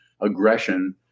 aggression